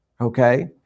Okay